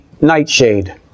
nightshade